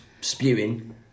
spewing